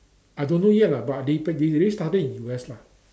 I don't know yet lah but they p~ they they started in U_S lah